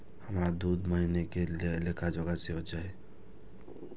हमरा दूय महीना के लेखा जोखा सेहो चाही